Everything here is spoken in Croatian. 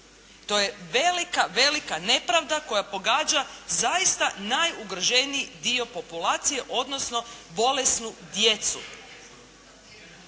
To je velika velika nepravda koja pogađa zaista najugroženiji dio populacije, odnosno bolesnu djecu